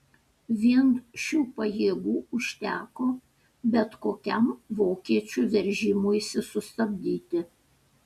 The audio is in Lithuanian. vien šių pajėgų užteko bet kokiam vokiečių veržimuisi sustabdyti